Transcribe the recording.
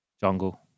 Jungle